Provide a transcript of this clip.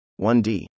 1d